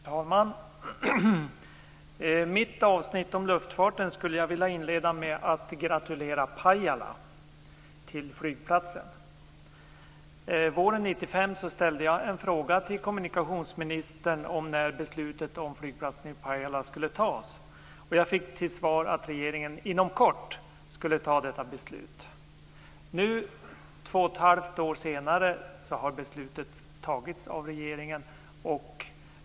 Fru talman! Mitt avsnitt om luftfarten skulle jag vilja inleda med att gratulera Pajala till flygplatsen. Våren 1995 ställde jag en fråga till kommunikationsministern om när beslutet om flygplatsen i Pajala skulle fattas. Jag fick till svar att regeringen inom kort skulle fatta detta beslut. Nu, två och ett halvt år senare, har beslutet fattats av regeringen.